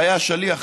והיה שליח